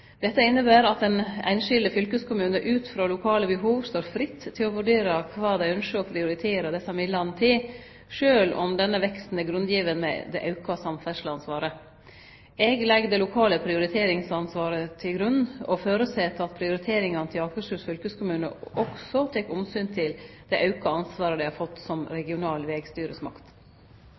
Dette inneber at den einskilde fylkeskommunen ut frå lokale behov står fritt til å vurdere kva dei ynskjer å prioritere desse midlane til, sjølv om denne veksten er grunngitt med det auka samferdsleansvaret. Eg legg det lokale prioriteringsansvaret til grunn og føreset at prioriteringane til Akershus fylkeskommune også tek omsyn til det auka ansvaret dei har fått som regional vegstyresmakt.